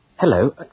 Hello